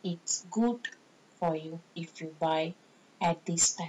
it's good for you if you buy at this time